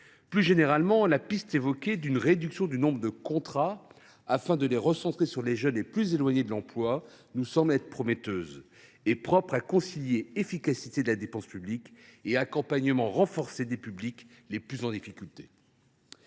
Plus généralement, la piste évoquée d’une réduction du nombre de contrats pour les recentrer sur les jeunes les plus éloignés de l’emploi nous semble prometteuse et propre à concilier efficacité de la dépense publique et accompagnement renforcé des publics les plus en difficulté.